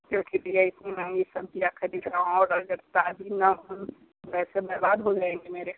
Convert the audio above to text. क्योंकि भैया इतनी महंगी सब्ज़ियाँ ख़रीद रहा हूँ और अगर ताज़ी ना हो तो पैसे बर्बाद हो जैएंगे मेरे